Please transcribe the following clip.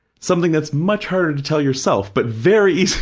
something that's much harder to tell yourself but very easy